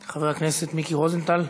חבר הכנסת מיקי רוזנטל,